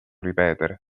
ripetere